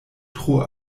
tro